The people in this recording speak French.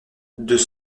deux